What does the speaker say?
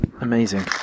Amazing